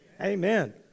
Amen